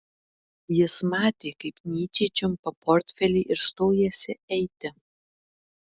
jis matė kaip nyčė čiumpa portfelį ir stojasi eiti